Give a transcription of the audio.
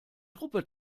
truppe